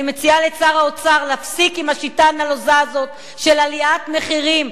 אני מציעה לשר האוצר להפסיק עם השיטה הנלוזה הזאת של עליית מחירים,